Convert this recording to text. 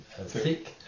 thick